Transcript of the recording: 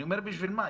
אני אומר בשביל מה?